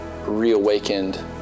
reawakened